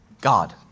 God